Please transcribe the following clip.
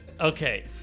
Okay